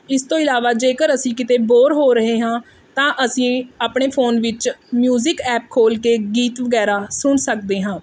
ਇਸ ਤੋਂ ਇਲਾਵਾ ਜੇਕਰ ਅਸੀਂ ਕਿਤੇ ਬੋਰ ਹੋ ਰਹੇ ਹਾਂ ਤਾਂ ਅਸੀਂ ਆਪਣੇ ਫੋਨ ਵਿੱਚ ਮਿਊਜ਼ਿਕ ਐਪ ਖੋਲ ਕੇ ਗੀਤ ਵਗੈਰਾ ਸੁਣ ਸਕਦੇ ਹਾਂ